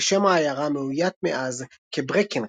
ושם העיירה מאוית מאז כברקנרידג'.